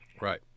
Right